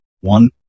one